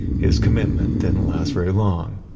his commitment didn't last very long.